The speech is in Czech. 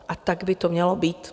A tak by to mělo být.